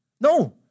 No